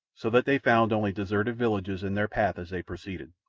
so that they found only deserted villages in their path as they proceeded.